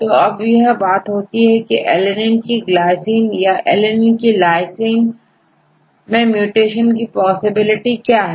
तो अब यह बात होती है की alanine कीglycine याalanine कीlysine मैं म्यूटेशन की पॉसिबिलिटी क्या है